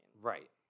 right